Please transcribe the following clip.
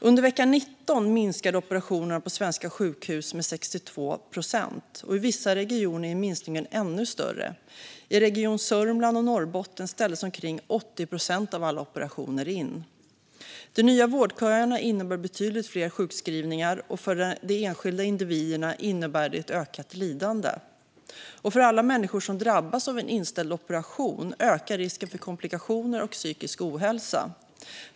Under vecka 19 minskade operationerna på svenska sjukhus med 62 procent, och i vissa regioner är minskningen ännu större. I Region Sörmland och Norrbotten ställdes omkring 80 procent av alla operationer in. De nya vårdköerna innebär betydligt fler sjukskrivningar, och för de enskilda individerna innebär detta ökat lidande. För alla människor som drabbas av en inställd operation ökar dessutom risken för komplikationer och psykisk ohälsa.